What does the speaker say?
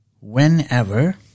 whenever